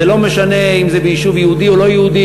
אז זה לא משנה אם זה ביישוב יהודי או לא יהודי,